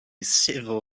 civil